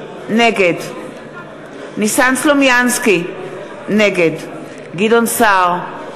נגד ניסן סלומינסקי, נגד גדעון סער,